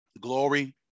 Glory